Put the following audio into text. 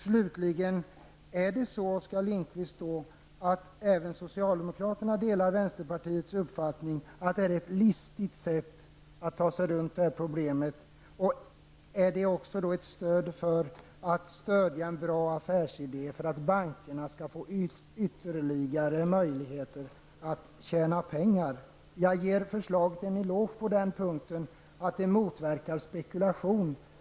Slutligen: Är det så, Oskar Lindkvist, att socialdemokraterna delar vänsterpartiets uppfattning att räntelånesystemet är ett listigt sätt att ta sig runt problemet? Delar ni också uppfattningen att det är ett stöd för en bra affärsidé, att bankerna skall få ytterligare möjligheter att tjäna pengar? Jag ger förslaget en eloge på den punkten att det motverkar spekulation.